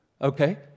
Okay